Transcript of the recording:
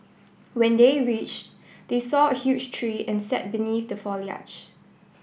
when they reached they saw a huge tree and sat beneath the foliage